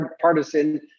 partisan